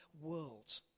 world